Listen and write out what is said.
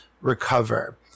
recover